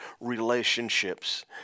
relationships